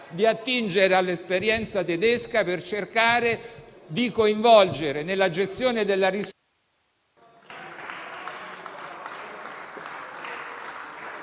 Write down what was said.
di attingere all'esperienza tedesca per cercare di coinvolgere, nella gestione... *(Il microfono